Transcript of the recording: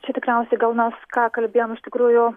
čia tikriausiai gal mes ką kalbėjom iš tikrųjų